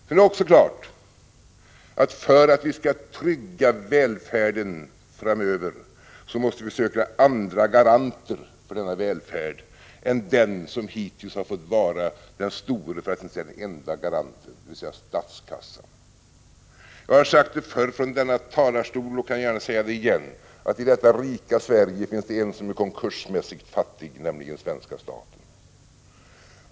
Men det är också klart att vi för att trygga välfärden framöver måste söka andra garanter än den som hittills har fått vara den stora för att inte säga enda garanten, dvs. statskassan. Jag har sagt det förr från denna talarstol och kan gärna säga det igen: I detta rika Sverige finns det en inrättning som är konkursmässigt fattig, nämligen svenska staten.